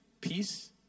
peace